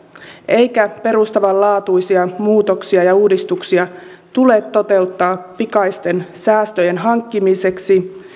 eikä perustavanlaatuisia muutoksia ja uudistuksia tule toteuttaa pikaisten säästöjen hankkimiseksi